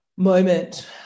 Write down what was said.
moment